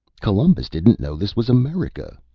columbus didn't know this was america,